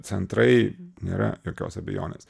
centrai nėra jokios abejonės